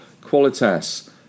Qualitas